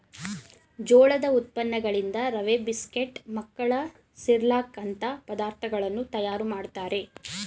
ಜೋಳದ ಉತ್ಪನ್ನಗಳಿಂದ ರವೆ, ಬಿಸ್ಕೆಟ್, ಮಕ್ಕಳ ಸಿರ್ಲಕ್ ಅಂತ ಪದಾರ್ಥಗಳನ್ನು ತಯಾರು ಮಾಡ್ತರೆ